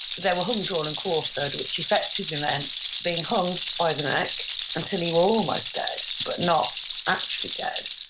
they were hung, drawn and quartered, which effectively meant being hung by the neck until you were almost dead but not actually dead.